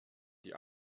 die